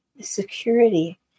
security